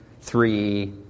three